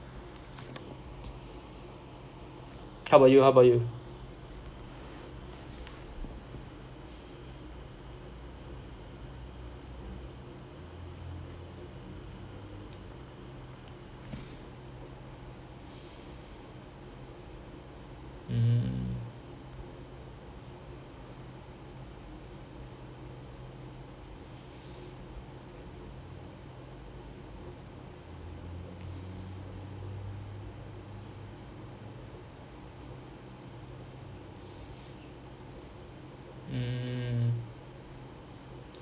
how about you how about you mm mm